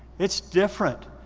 it's different,